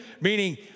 meaning